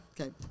Okay